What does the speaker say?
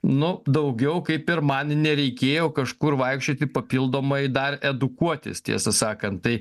nu daugiau kaip ir man nereikėjo kažkur vaikščioti papildomai dar edukuotis tiesą sakant tai